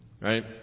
Right